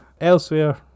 Elsewhere